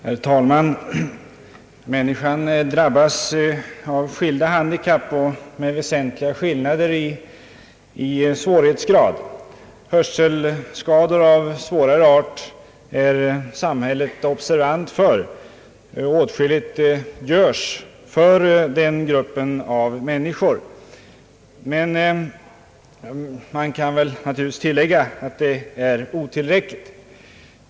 Herr talman! Människor drabbas av olika handikapp med väsentliga skillnader i svårighetsgrad. Grava hörselskador är samhället relativt observant på och åtskilligt görs för att hjälpa de människor, som har detta handikapp. Man kan naturligtvis tillägga att det i flera avseenden är otillräckligt.